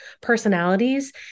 personalities